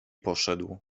poszedł